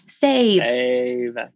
save